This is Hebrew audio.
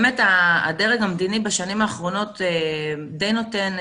באמת הדרג המדיני בשנים האחרונות די נותן,